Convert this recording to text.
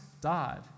died